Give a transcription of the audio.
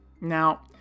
Now